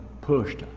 pushed